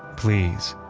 please.